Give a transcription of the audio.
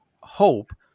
hope